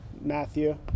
Matthew